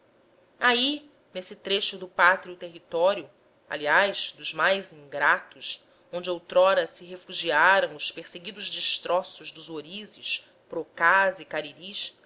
aí nesse trecho do pátrio território aliás dos mais ingratos onde outrora se refugiaram os perseguidos destroços dos